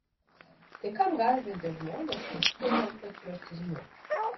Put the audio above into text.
tai kam gąsdinti žmones prisidengiant patriotizmu